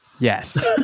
Yes